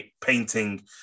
painting